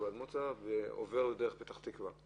עובר דרך פתח תקווה,